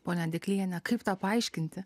ponia adikliene kaip tą paaiškinti